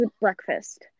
breakfast